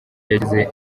yagize